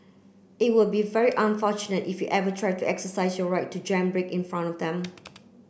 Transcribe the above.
it will be very unfortunate if you ever try to exercise your right to jam brake in front of him